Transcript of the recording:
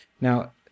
Now